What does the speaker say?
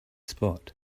spot